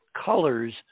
colors